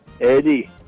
Eddie